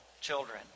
children